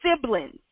siblings